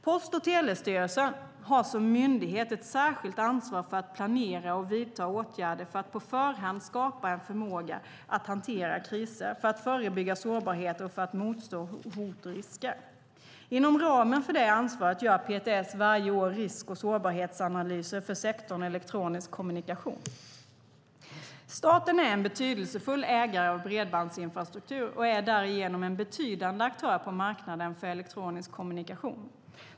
Post och telestyrelsen har som myndighet ett särskilt ansvar för att planera och vidta åtgärder för att på förhand skapa en förmåga att hantera kriser, för att förebygga sårbarheter och för att motstå hot och risker. Inom ramen för det ansvaret gör PTS varje år risk och sårbarhetsanalyser för sektorn elektronisk kommunikation. Staten är en betydelsefull ägare av bredbandsinfrastruktur och är därigenom en betydande aktör på marknaden för elektronisk kommunikation.